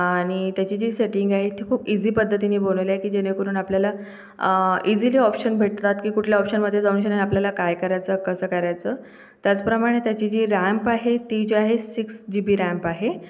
आणि त्याची जी सेटिंग आहे ती खूप ईझी पद्धतीने बनवली आहे की जेणेकरून आपल्याला इझिली ऑप्शन भेटतात की कुठल्या ऑप्शनमध्ये जाऊनशी आपल्याला काय करायचं कसा करायचं त्याचप्रमाणे त्याची जी रॅम्प आहे ते जी आहे सिक्स जी बी रॅम्प आहे